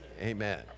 Amen